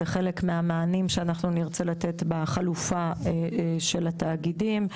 זה חלק מהמענים שנרצה לתת בחלופה של התאגידים.